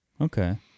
Okay